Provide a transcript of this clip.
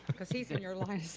cause he's in your line